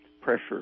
pressure